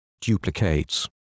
duplicates